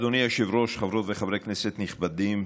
אדוני היושב-ראש, חברות וחברי כנסת נכבדים,